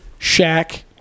Shaq